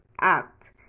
act